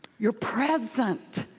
you're present,